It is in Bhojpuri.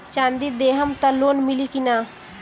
चाँदी देहम त लोन मिली की ना?